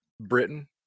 Britain